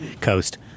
coast